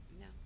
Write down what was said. No